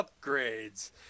upgrades